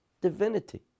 divinity